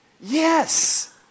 Yes